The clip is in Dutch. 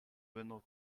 bundel